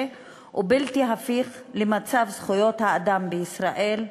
ובלתי הפיך למצב זכויות האדם בישראל,